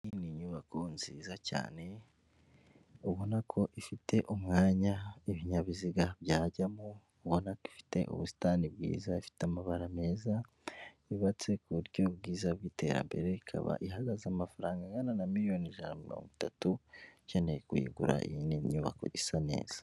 Iyi ni nyubako nziza cyane, ubona ko ifite umwanya ibinyabiziga byajyamo, ubona ko ifite ubusitani bwiza, ifite amabara meza, yubatse ku buryo bwiza bw'iterambere, ikaba ihagaze amafaranga angana na miliyoni ijana na mirongo itatu, ukeneye kuyigura iyi ni nyubako isa neza.